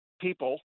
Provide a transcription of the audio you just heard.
people